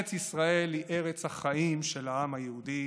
ארץ ישראל היא ארץ החיים של העם היהודי